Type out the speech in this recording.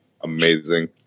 Amazing